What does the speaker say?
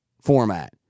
format